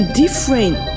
different